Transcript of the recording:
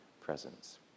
presence